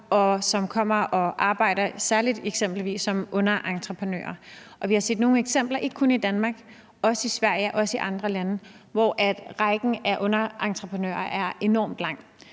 og som kommer og arbejder, særlig som underentreprenører. Vi har set nogle eksempler – ikke kun i Danmark, men også i Sverige og andre lande – hvor rækken af underentreprenører er enormt lang.